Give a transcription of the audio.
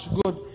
good